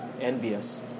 envious